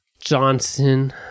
Johnson